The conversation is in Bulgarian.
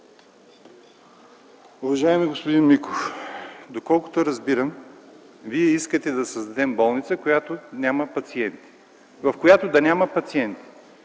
Уважаеми господин Миков, доколкото разбирам, Вие искате да създадем болница, в която да няма пациенти.